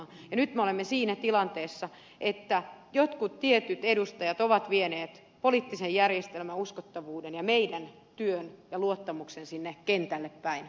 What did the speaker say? nyt me olemme siinä tilanteessa että jotkut tietyt edustajat ovat vieneet poliittisen järjestelmän uskottavuuden ja meidän työn ja luottamuksen sinne kentälle päin